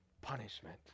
punishment